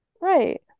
right